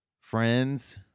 friends